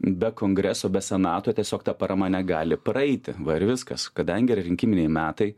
be kongreso be senato tiesiog ta parama negali praeiti va ir viskas kadangi yra rinkiminiai metai